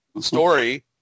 story